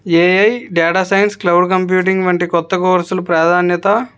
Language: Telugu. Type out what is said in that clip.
A I data science cloud computing వంటి కొత్త కోర్సులు ప్రాధాన్యత